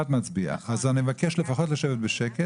אז אני מבקש לפחות לשבת בשקט.